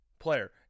Player